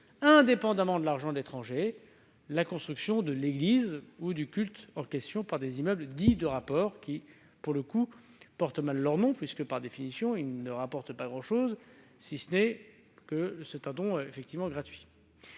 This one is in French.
indépendamment de l'argent venant de l'étranger, à la construction de l'Église ou du culte en question par des immeubles dits de rapport. Pour le coup, ceux-ci portent mal leur nom, puisque, par définition, ils ne rapportent pas grand-chose, si ce n'est qu'il s'agit d'un don gratuit.